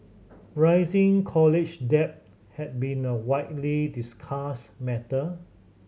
rising college debt had been a widely discussed matter